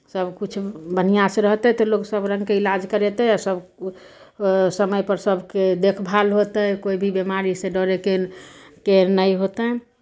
सभकिछु बढ़िआँसँ रहतै तऽ लोक सभ रङ्गके इलाज करेतै आ सभ समयपर सभके देखभाल होतै कोइ भी बिमारीसँ डरयके के नहि होतै